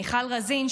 מיכל רוזין,